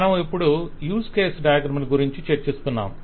మనం ఇప్పుడు use case diagram ల గురించి చర్చిస్తున్నాము